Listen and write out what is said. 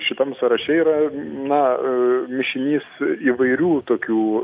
šitam sąraše yra na mišinys įvairių tokių